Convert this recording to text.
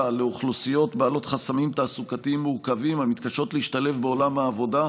לאוכלוסיות בעלות חסמים תעסוקתיים מורכבים המתקשות להשתלב בעולם העבודה,